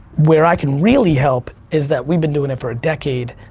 where i can really help is that we've been doing it for a decade,